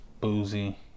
Boozy